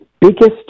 biggest